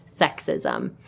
sexism